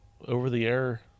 over-the-air